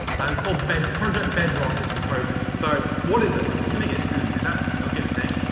and it's called project bedrock is the code name. so what is it? i'm going to get sued, is that okay to say?